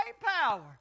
power